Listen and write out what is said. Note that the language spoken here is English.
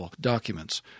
documents